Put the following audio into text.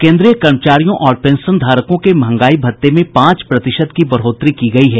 केन्द्रीय कर्मचारियों और पेंशनधारकों के महंगाई भत्ते में पांच प्रतिशत की बढ़ोतरी की गयी है